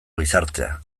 gizartea